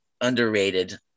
underrated